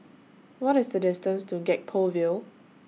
What IS The distance to Gek Poh Ville